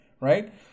right